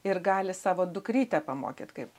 ir gali savo dukrytę pamokyt kaip